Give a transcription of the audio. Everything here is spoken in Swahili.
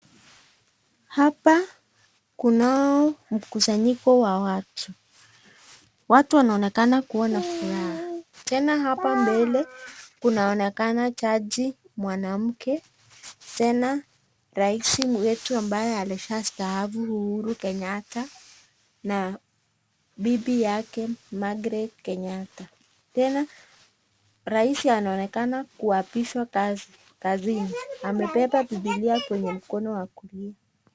Hapa kunao mkusanyiko wa watu, watu wanaonekana kuwa na furaha tena hapa mbele kunaonekana jaji mwanamke tena rais wetu ambaye alishastaafu Uhuru Kenyatta na bibi yake Margate Kenyatta, tena rais pia anaonekana kuapishwa kazini amebeba Bibilia kwenye mkono wa kulia.